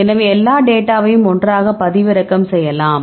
எனவே எல்லா டேட்டாவையும் ஒன்றாக பதிவிறக்கம் செய்யலாம்